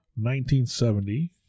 1970